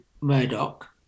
Murdoch